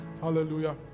Hallelujah